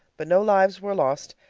but no lives were lost,